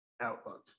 outlook